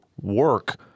work